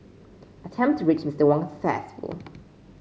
attempt to reach Mister Wang's successful